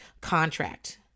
contract